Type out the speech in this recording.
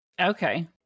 Okay